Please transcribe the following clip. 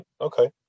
Okay